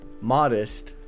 modest